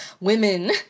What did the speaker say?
women